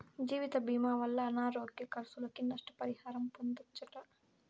జీవితభీమా వల్ల అనారోగ్య కర్సులకి, నష్ట పరిహారం పొందచ్చట